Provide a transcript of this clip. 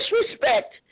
disrespect